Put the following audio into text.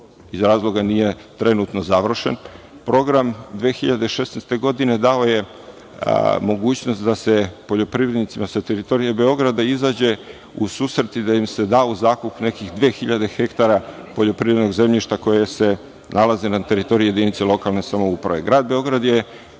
iz razloga jer nije trenutno završen. Program 2016. godine dao je mogućnost da se poljoprivrednima sa teritorije Beograda izađe u susret i da im se da u zakup nekih 2000 hektara poljoprivrednog zemljišta koje se nalazi na teritoriji jedinice lokalne samouprave. Grad Beograd je